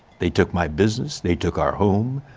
they took my business, they took our home,